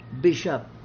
bishop